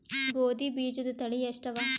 ಗೋಧಿ ಬೀಜುದ ತಳಿ ಎಷ್ಟವ?